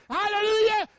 hallelujah